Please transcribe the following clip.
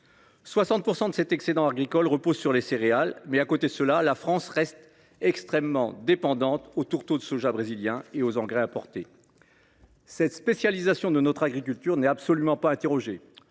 60 % de l’excédent agricole repose sur les céréales, mais, à côté de cela, la France reste extrêmement dépendante aux tourteaux de soja brésilien et aux engrais importés. Cette spécialisation de notre agriculture n’est absolument pas interrogée.